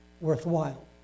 worthwhile